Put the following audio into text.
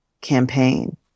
campaign